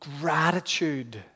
gratitude